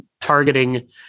targeting